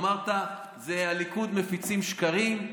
אמרת: הליכוד מפיצים שקרים.